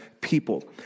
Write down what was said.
people